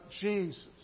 Jesus